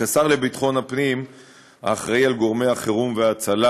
כשר לביטחון הפנים האחראי לגורמי החירום וההצלה